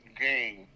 game